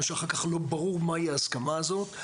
מה שאחר כך לא ברור מהי ההסכמה הזאת,